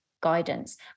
guidance